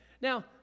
Now